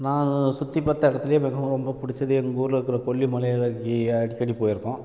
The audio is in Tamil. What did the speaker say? நாங்கள் சுற்றி பார்த்த இடத்துலையே மிகவும் ரொம்ப பிடிச்சது எங்கள் ஊரில் இருக்கிற கொல்லிமலையை அடிக்கடி போயிருக்கோம்